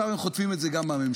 עכשיו הם חוטפים את זה גם מהממשלה.